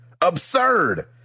Absurd